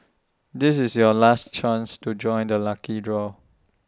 this is your last chance to join the lucky draw